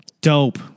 Dope